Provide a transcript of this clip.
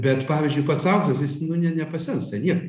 bet pavyzdžiui pats auksas jis nu ne nepasensta niekaip